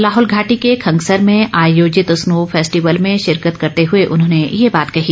लाहौल घाटी के खंगसँर में आयोजित स्नो फैस्टिवल में शिरकत करते हुए उन्होंने ये बात कही